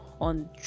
on